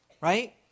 right